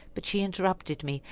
but she interrupted me.